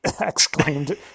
exclaimed